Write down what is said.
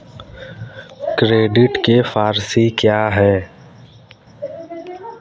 Credit के four C क्या हैं?